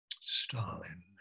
Stalin